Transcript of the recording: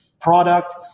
product